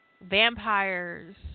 vampires